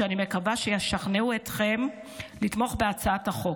שאני מקווה שישכנעו אתכם לתמוך בהצעת החוק.